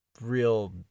real